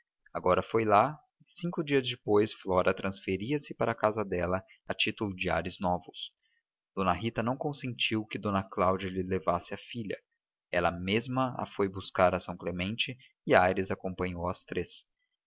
agora foi lá e cinco dias depois flora transferia se para a casa dela a título de ares novos d rita não consentiu que d cláudia lhe levasse a filha ela mesma a foi buscar a são clemente e aires acompanhou as três